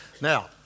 Now